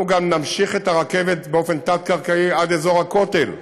אנחנו גם נמשיך את הרכבת באופן תת-קרקעי עד אזור הכותל,